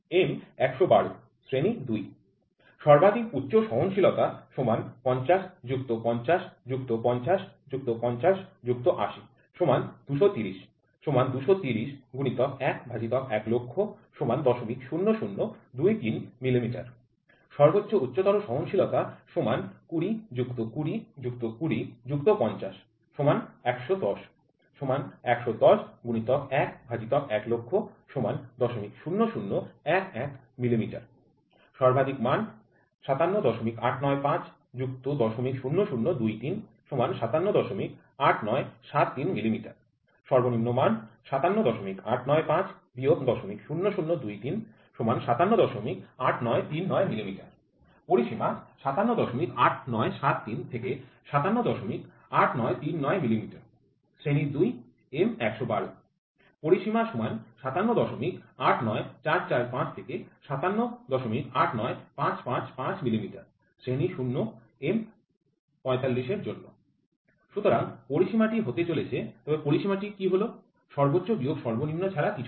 M ১১২ শ্রেণী ২ সর্বাধিক উচ্চ সহনশীলতা ৫০৫০৫০৫০৮০ ২৩০ ২৩০ ×১১০০০০০ ০০০২৩ মিমি সর্বোচ্চ উচ্চতর সহনশীলতা ২০২০২০৫০ ১১০ ১১০ × ১১০০০০০ ০০০১১ মিমি সর্বাধিক মান ৫৭৮৯৫ ০০০২৩ ৫৭৮৯৭৩ মিমি সর্বনিম্ন মান ৫৭৮৯৫ ০০০২৩ ৫৭৮৯৩৯ মিমি পরিসীমা ৫৭৮৯৭৩ থেকে ৫৭৮৯৩৯ মিমি → শ্রেণী ২ M ১১২ পরিসীমা ৫৭৮৯৪৪৫ থেকে ৫৭৮৯৫৫৫ মিমি → শ্রেণী ০ M ৪৫ সুতরাং পরিসীমাটি হতে চলেছে তবে পরিসীমা কি হল সর্বোচ্চ বিয়োগ সর্বনিম্ন ছাড়া কিছুই নয়